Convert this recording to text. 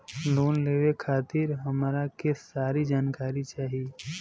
Loan लेवे खातीर हमरा के सारी जानकारी चाही?